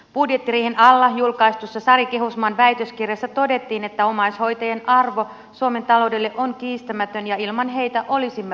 budjettiriihen alla julkaistussa sari kehusmaan väitöskirjassa todettiin että omais hoitajien arvo suomen taloudelle on kiistämätön ja ilman heitä olisimme pulassa